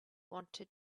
wanted